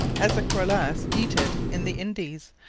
as the criollas eate it in the indies,